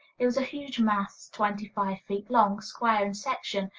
it was a huge mass twenty-five feet long, square in section,